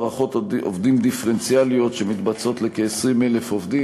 ביצוע הערכות עובדים דיפרנציאליות שמתבצעות לכ-20,000 עובדים.